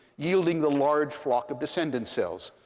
yielding the large flock of descendent cells.